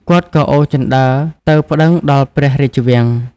គាត់ក៏អូសជណ្ដើរទៅប្ដឹងដល់ព្រះរាជវាំង។